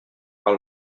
par